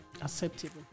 acceptable